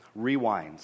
rewinds